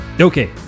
Okay